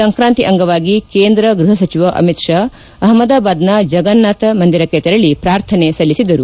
ಸಂಕ್ರಾಂತಿ ಅಂಗವಾಗಿ ಕೇಂದ್ರ ಗ್ವಹ ಸಚಿವ ಅಮಿತ್ ಶಾ ಅಹಮದಾಬಾದ್ನ ಜಗನ್ನಾಥ ಮಂದಿರಕ್ಕೆ ತೆರಳಿ ಪ್ರಾರ್ಥನೆ ಸಲ್ಲಿಸಿದರು